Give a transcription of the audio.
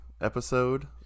episode